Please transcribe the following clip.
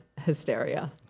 Hysteria